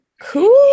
cool